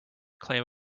claim